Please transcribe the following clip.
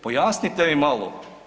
Pojasnite mi malo.